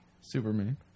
Superman